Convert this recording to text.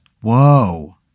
Whoa